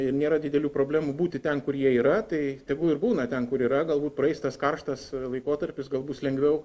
ir nėra didelių problemų būti ten kur jie yra tai tegu ir būna ten kur yra galbūt praeis tas karštas laikotarpis gal bus lengviau